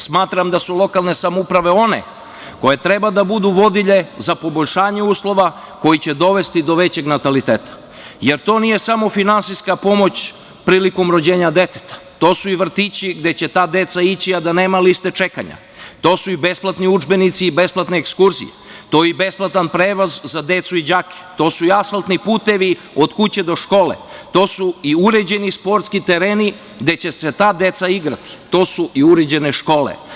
Smatram da su lokalne samouprave one koje treba da budu vodilje za poboljšanje uslova koji će dovesti do većeg nataliteta, jer to nije samo finansijska pomoć prilikom rođenja deteta, to su i vrtići gde će ta deca ići, a da nema liste čekanja, to su i besplatni udžbenici, besplatne ekskurzije, to je i besplatan prevoz za decu i đake, to su asfaltni putevi od kuće do škole, to su uređeni sportski tereni gde će se ta deca igrati, to su i uređene škole.